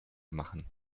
machen